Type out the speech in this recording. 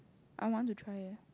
I want to try eh